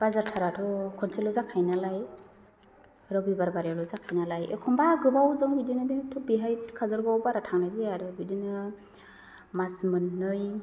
बाजार थाराथ' खनसेल' जाखायो नालाय रबिबार बारायावल' जाखायो नालाय एखमबा गोबावजों बिदिनो बेहाय खाजोलगावआव बारा थांनाय जाया आरो बिदिनो मास मोननै